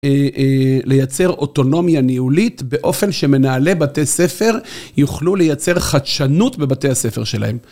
לייצר אוטונומיה ניהולית באופן שמנהלי בתי ספר יוכלו לייצר חדשנות בבתי הספר שלהם.